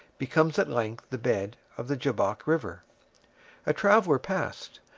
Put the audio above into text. becomes at length the bed of the jabbok river a traveller passed,